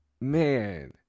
man